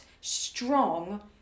strong